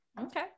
Okay